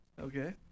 Okay